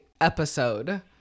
episode